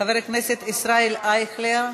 חבר הכנסת ישראל אייכלר,